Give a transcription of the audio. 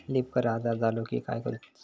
Leaf curl आजार झालो की काय करूच?